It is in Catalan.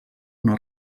una